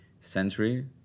century